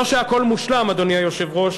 לא שהכול מושלם, אדוני היושב-ראש.